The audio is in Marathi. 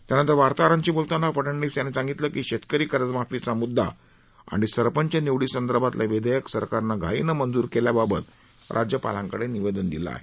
त्यानंतर वार्ताहरांशी बोलताना फडनवीस यांनी सांगितलं की शेतकरी कर्जमाफीचा म्द्दा आणि सरपंच निवडीसंदर्भातलं विधेयक सरकारनं घाईनं मंजूर केल्याबाबत राज्यपालांकडे निवेदन दिलं आहे